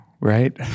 right